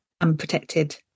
unprotected